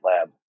lab